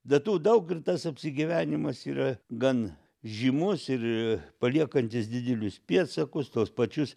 be tų daug ir tas apsigyvenimas yra gan žymus ir paliekantis didelius pėdsakus tuos pačius